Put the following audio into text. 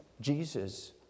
Jesus